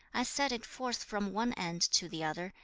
i set it forth from one end to the other,